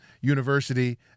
University